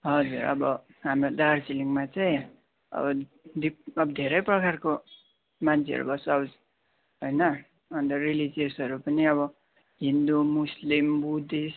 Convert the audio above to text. हजुर अब हाम्रो दार्जिलिङमा चाहिँ अब डिफ अब धेरै प्रकारको मान्छेहरू बस्छ अब होइन अन्त रिलिजियसहरू पनि अब हिन्दू मुस्लिम बुद्धिस्ट